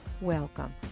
Welcome